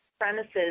premises